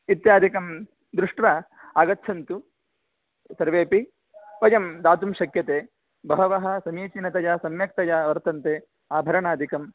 इत्यादिकं दृष्ट्वा आगच्छन्तु सर्वेपि वयं दातुं शक्यते बहवः समीचीनतया सम्यक्तया वर्तन्ते आभरणादिकम्